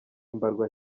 mbarwa